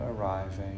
arriving